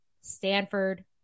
Stanford